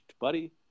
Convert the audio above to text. buddy